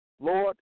Lord